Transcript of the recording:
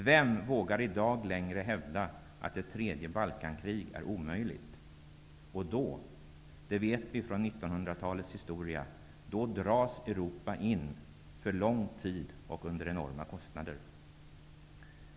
Vem vågar i dag längre hävda att ett tredje Balkankrig är omöjligt? Och då, det vet vi från 1900-talshistorien, dras Europa in för lång tid och under enorma kostnader.